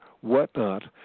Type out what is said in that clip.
whatnot